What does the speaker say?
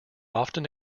often